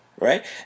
Right